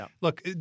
look